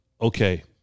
okay